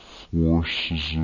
forces